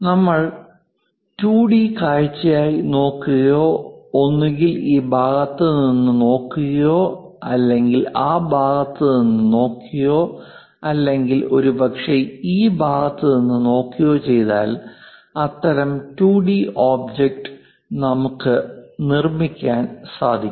നമ്മൾ ഒരു 2 ഡി കാഴ്ചയായി നോക്കുകയോ ഒന്നുകിൽ ഈ ഭാഗത്ത് നിന്ന് നോക്കുകയോ അല്ലെങ്കിൽ ആ ഭാഗത്ത് നിന്ന് നോക്കുകയോ അല്ലെങ്കിൽ ഒരുപക്ഷേ ഈ ഭാഗത്ത് നിന്ന് നോക്കുകയോ ചെയ്താൽ അത്തരം 2 ഡി ഒബ്ജക്റ്റ് നമുക്ക് നിർമിക്കാൻ സാധിക്കും